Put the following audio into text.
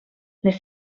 les